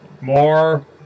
More